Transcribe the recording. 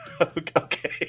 Okay